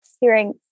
hearing